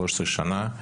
שלוש עשרה שנה,